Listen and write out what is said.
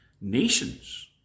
nations